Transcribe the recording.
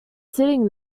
sitting